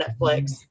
Netflix